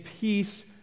peace